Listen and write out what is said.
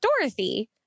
Dorothy